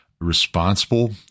responsible